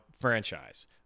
franchise